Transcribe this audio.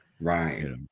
Right